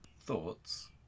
Thoughts